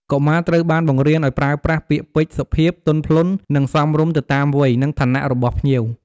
កុមារត្រូវបានបង្រៀនឲ្យប្រើប្រាស់ ពាក្យពេចន៍សុភាព ទន់ភ្លន់ និងសមរម្យទៅតាមវ័យ និងឋានៈរបស់ភ្ញៀវ។